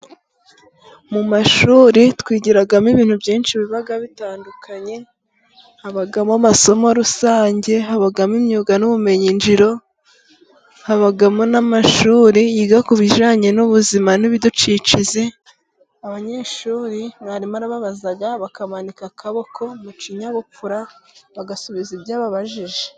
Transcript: Mu mashuri twigiramo ibintu byinshi biba bitandukanye habamo amasomo rusange, habamo imyuga n'ubumenyingiro, habamo n'amashuri yiga ku bijyanye n'ubuzima n'ibidukikije, abanyeshuri mwarimu arababaza bakamanika akaboko mu kinyabupfura bagasubiza ibyo ababajije.